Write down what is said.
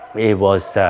it was